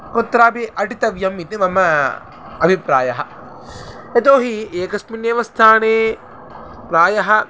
कुत्रापि अटितव्यम् इति मम अभिप्रायः यतो हि एकस्मिन्नेव स्थाने प्रायः